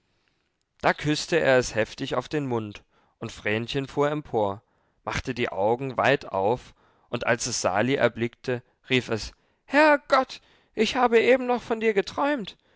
da küßte er es heftig auf den mund und vrenchen fuhr empor machte die augen weit auf und als es sali erblickte rief es herrgott ich habe eben noch von dir geträumt